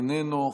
איננו,